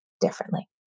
differently